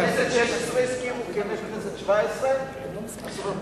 בכנסת השש-עשרה הסכימו, בכנסת השבע-עשרה, פעם אחת.